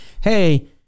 hey